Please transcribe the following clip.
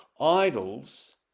Idols